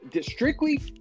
strictly